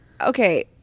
Okay